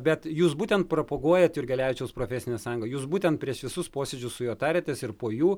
bet jūs būtent propaguojate jurgelevičiaus profesinę sąjungą jūs būtent prieš visus posėdžius su juo tariatės ir po jų